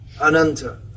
ananta